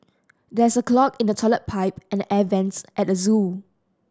there is a clog in the toilet pipe and the air vents at the zoo